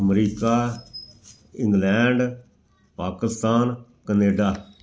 America England Pakistan Canada